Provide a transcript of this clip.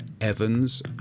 evans